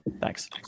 Thanks